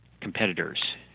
competitors